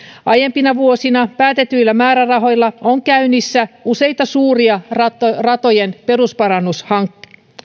aiempina vuosina päätetyillä määrärahoilla on käynnissä useita suuria ratojen ratojen perusparannushankkeita